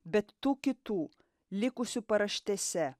bet tų kitų likusių paraštėse